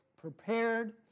prepared